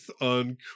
on